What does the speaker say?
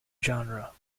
genre